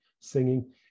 singing